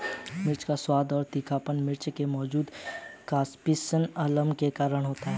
मिर्च का स्वाद और तीखापन मिर्च में मौजूद कप्सिसिन अम्ल के कारण होता है